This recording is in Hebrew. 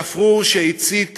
הגפרור שהצית